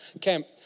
camp